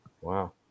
Wow